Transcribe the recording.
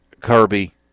Kirby